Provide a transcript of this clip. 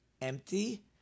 empty